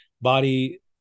body